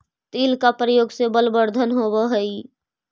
तिल के प्रयोग से बलवर्धन होवअ हई